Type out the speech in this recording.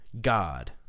God